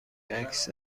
عکس